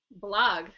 Blog